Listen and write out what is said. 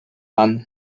village